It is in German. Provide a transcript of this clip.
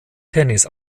tennis